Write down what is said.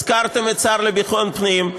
הזכרתם את השר לביטחון פנים.